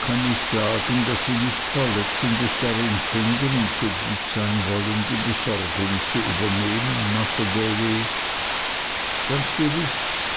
kann ich sagen daß sie nichts verletzendes darin finden und so gut sein wollen die besorgung zu übernehmen masr davy ganz gewiß